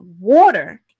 water